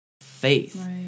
faith